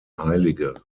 heilige